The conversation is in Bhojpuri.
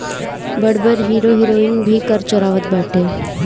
बड़ बड़ हीरो हिरोइन भी कर चोरावत बाटे